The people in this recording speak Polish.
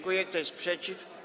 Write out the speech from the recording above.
Kto jest przeciw?